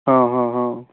ହଁ ହଁ ହଁ ହଁ